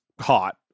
hot